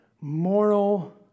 moral